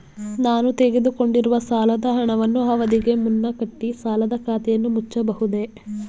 ನಾನು ತೆಗೆದುಕೊಂಡಿರುವ ಸಾಲದ ಹಣವನ್ನು ಅವಧಿಗೆ ಮುನ್ನ ಕಟ್ಟಿ ಸಾಲದ ಖಾತೆಯನ್ನು ಮುಚ್ಚಬಹುದೇ?